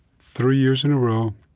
three years in a row,